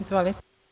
Izvolite.